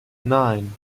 nine